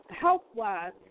health-wise